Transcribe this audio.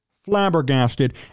flabbergasted